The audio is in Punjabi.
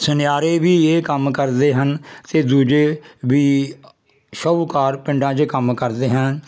ਸੁਨਿਆਰੇ ਵੀ ਇਹ ਕੰਮ ਕਰਦੇ ਹਨ ਅਤੇ ਦੂਜੇ ਵੀ ਸ਼ਾਹੂਕਾਰ ਪਿੰਡਾਂ 'ਚ ਇਹ ਕੰਮ ਕਰਦੇ ਹਨ